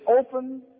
open